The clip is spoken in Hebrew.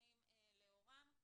ומתקנים לאורם.